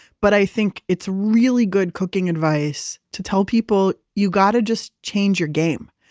but i think it's really good cooking advice to tell people you got to just change your game.